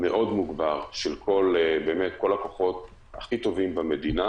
של כל הכוחות הכי טובים במדינה